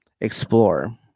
explore